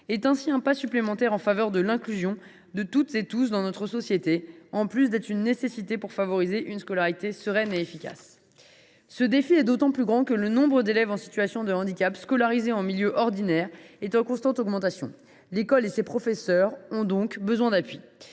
est ainsi un pas supplémentaire en faveur de l’inclusion de toutes et de tous dans notre société, en plus d’être une nécessité pour favoriser une scolarité sereine et efficace. Ce défi est d’autant plus grand que le nombre d’élèves en situation de handicap scolarisés en milieu ordinaire est en constante augmentation. L’école et ses professeurs ont donc besoin d’appui.